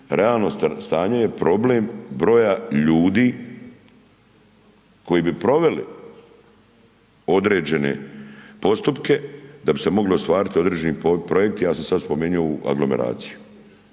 realno stanje je problem broja ljudi koji bi proveli određene postupke da bi se mogli ostvariti određeni projekti, ja sam sad spomenuo ovu aglomeraciju.